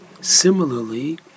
Similarly